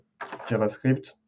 JavaScript